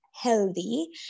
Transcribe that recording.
healthy